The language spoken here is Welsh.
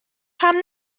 pam